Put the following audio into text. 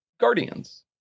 Guardians